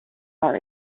are